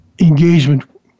engagement